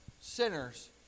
sinners